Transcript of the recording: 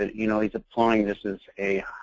ah you know he's applying this as a